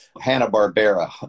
Hanna-Barbera